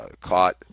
caught